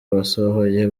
basohoye